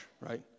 right